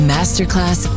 Masterclass